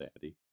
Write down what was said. daddy